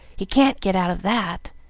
he can't get out of that.